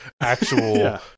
actual